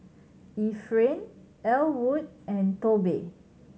Efrain Ellwood and Tobe